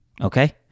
Okay